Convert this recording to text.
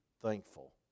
thankful